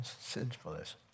sinfulness